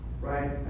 right